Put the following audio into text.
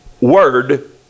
word